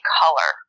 color